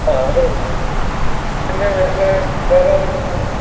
ആ അതെടുത്തോ പിന്നെ വേറെ വേറെയേതൊക്കെ പൂ